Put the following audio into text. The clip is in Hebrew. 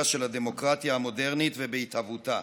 של הדמוקרטיה המודרנית ובהתהוותה: